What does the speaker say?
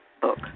book